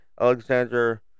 Alexander